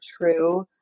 true